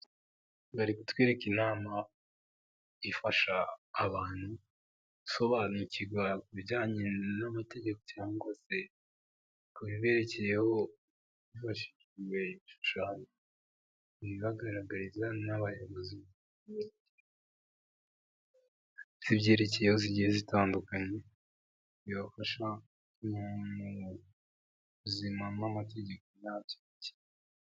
Bari kutwereke inama ifasha abantu basobanurwa ku bijyanye n'amategetsi se kubyerekeye ibikorwa bitandukanye bibafasha .